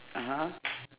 (uh huh)